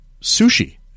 sushi